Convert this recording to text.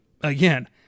again